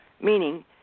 meaning